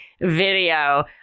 video